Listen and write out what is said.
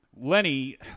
Lenny